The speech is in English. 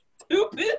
stupid